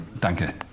Danke